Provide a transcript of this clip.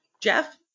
Jeff